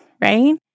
right